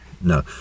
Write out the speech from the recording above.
No